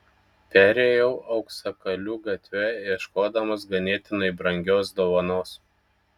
perėjau auksakalių gatve ieškodamas ganėtinai brangios dovanos